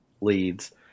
leads